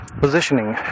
positioning